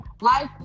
life